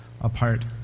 apart